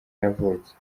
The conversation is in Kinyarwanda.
yavutse